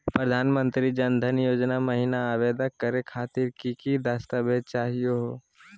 प्रधानमंत्री जन धन योजना महिना आवेदन करे खातीर कि कि दस्तावेज चाहीयो हो?